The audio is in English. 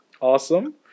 Awesome